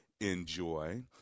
enjoy